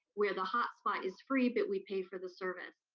where the hot spot is free, but we pay for the service.